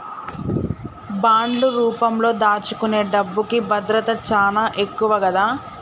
బాండ్లు రూపంలో దాచుకునే డబ్బుకి భద్రత చానా ఎక్కువ గదా